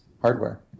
hardware